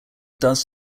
does